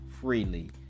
freely